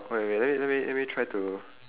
oh ya let me let me let me try to